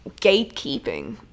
gatekeeping